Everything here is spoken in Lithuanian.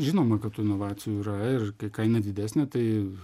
žinoma kad tų inovacijų yra ir kai kaina didesnė tai